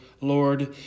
Lord